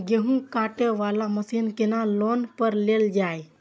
गेहूँ काटे वाला मशीन केना लोन पर लेल जाय?